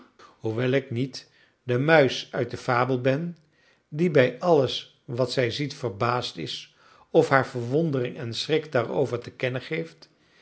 hoewel ik niet de muis uit de fabel ben die bij alles wat zij ziet verbaasd is of haar verwondering en schrik daarover te kennen geeft